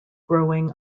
growing